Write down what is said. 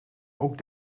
ook